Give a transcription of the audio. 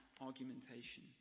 argumentation